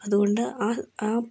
അതുകൊണ്ട് ആഹ് ആ